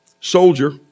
soldier